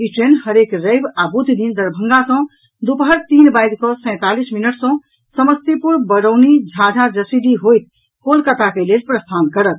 ई train हरेक रवि आ बुध दिन दरभंगा सँ दुपहर तीन बाजि कऽ सैंतालीस मिनट सँ समस्तीपुर बैरानी झाझा जसीडीह होईत कोलकाता के लेल प्रस्थान करत